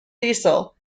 diesel